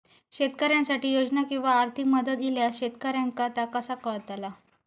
शेतकऱ्यांसाठी योजना किंवा आर्थिक मदत इल्यास शेतकऱ्यांका ता कसा कळतला?